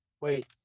wait